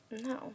no